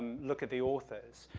look at the authors,